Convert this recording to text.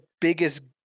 biggest